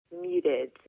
muted